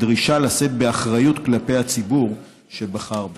הדרישה לשאת באחריות כלפי הציבור שבחר בו.